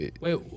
Wait